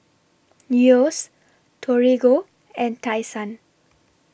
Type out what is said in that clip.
Yeo's Torigo and Tai Sun